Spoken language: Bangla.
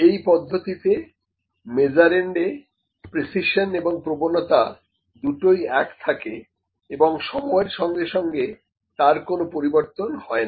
এই পদ্ধতিতে মেজারেন্ডে প্রিসিশন এবং প্রবণতা দুটোই এক থাকে এবং সময়ের সঙ্গে সঙ্গে তার কোন পরিবর্তন হয় না